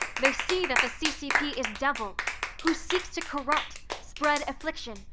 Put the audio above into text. they see that the ccp is devil who seeks to corrupt, spread affliction,